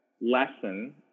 lesson